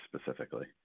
specifically